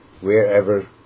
wherever